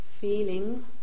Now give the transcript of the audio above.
feeling